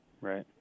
right